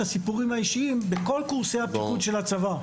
הסיפורים האישיים בכל קורסי הפיקוד של הצבא.